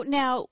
now